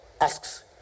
asks